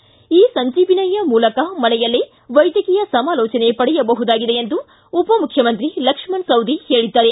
E ಸಂಜೀವಿನಿಯ ಮೂಲಕ ಮನೆಯಲ್ಲೇ ವೈದ್ಯಕೀಯ ಸಮಾಲೋಚನೆ ಪಡೆಯಬಹುದಾಗಿದೆ ಎಂದು ಉಪಮುಖ್ಯಮಂತ್ರಿ ಲಕ್ಷ್ಮಣ ಸವದಿ ಹೇಳಿದ್ದಾರೆ